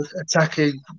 attacking